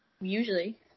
Usually